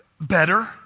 better